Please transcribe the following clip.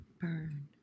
Burn